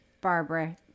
Barbara